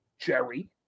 Jerry